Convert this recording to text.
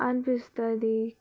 అనిపిస్తుంది